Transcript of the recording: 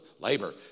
labor